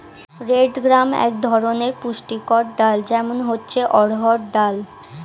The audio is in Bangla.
রেড গ্রাম এক ধরনের পুষ্টিকর ডাল, যেমন হচ্ছে অড়হর ডাল